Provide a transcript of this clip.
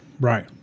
Right